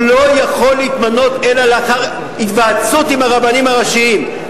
הוא לא יכול להתמנות אלא לאחר היוועצות ברבנים הראשיים,